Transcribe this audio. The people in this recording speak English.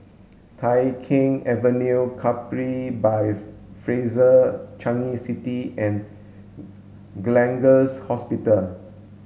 Tai Keng Avenue Capri by Fraser Changi City and Gleneagles Hospital